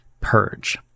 purge